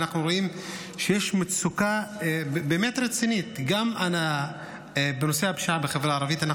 אנחנו רואים שיש מצוקה באמת רצינית גם בנושא הפשיעה בחברה הערבית.